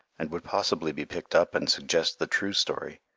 and would possibly be picked up and suggest the true story.